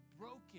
broken